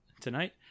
tonight